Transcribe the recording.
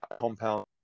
compound